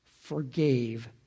forgave